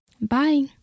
bye